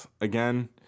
again